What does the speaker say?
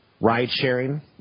ride-sharing